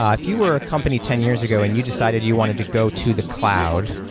ah if you were a company ten years ago and you decided you wanted to go to the cloud,